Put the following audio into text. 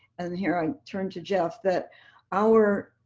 and here i turn to jeff, that our